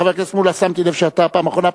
חבר הכנסת מולה, שמתי לב שאתה הפעם אחרון.